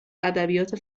ادبیات